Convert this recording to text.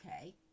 okay